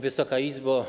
Wysoka Izbo!